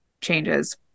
changes